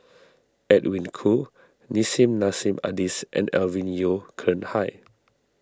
Edwin Koo Nissim Nassim Adis and Alvin Yeo Khirn Hai